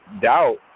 doubt